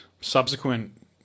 subsequent